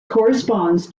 corresponds